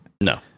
No